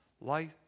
life